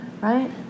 right